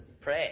pray